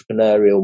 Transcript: entrepreneurial